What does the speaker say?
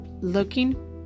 looking